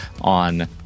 on